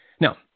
Now